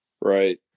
right